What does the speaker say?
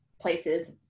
places